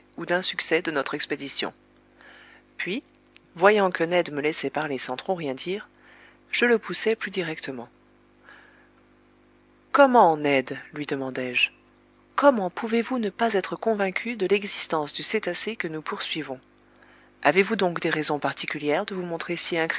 expédition puis voyant que ned me laissait parler sans trop rien dire je le poussai plus directement comment ned lui demandai-je comment pouvez-vous ne pas être convaincu de l'existence du cétacé que nous poursuivons avez-vous donc des raisons particulières de vous montrer si